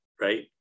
right